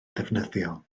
ddefnyddiol